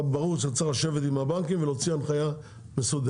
ברור שצריך לשבת עם הבנקים ולהוציא הנחיה מסודרת.